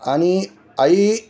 आणि आई